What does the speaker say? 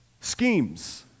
Schemes